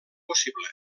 possible